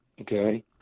okay